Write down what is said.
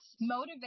motivate